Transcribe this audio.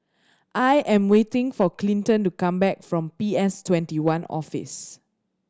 I am waiting for Clinton to come back from P S Twenty one Office